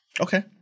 Okay